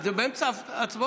אנחנו באמצע ההצבעות.